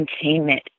containment